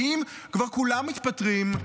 כי אם כבר כולם מתפטרים,